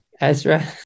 Ezra